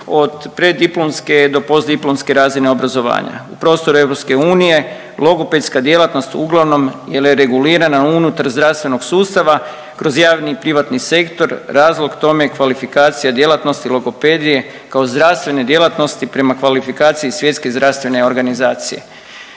od preddiplomske do postdiplomske razine obrazovanja. U prostoru EU logopedska djelatnost uglavnom je regulirana unutar zdravstvenog sustava kroz javni i privatni sektor. Razlog tome je kvalifikacija djelatnosti logopedije kao zdravstvene djelatnosti prema kvalifikaciji Svjetske zdravstvene organizacije.